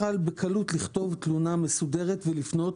יכול בקלות לכתוב תלונה מסודרת ולפנות.